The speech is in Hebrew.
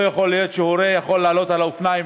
לא יכול להיות שהורה יכול לעלות על אופניים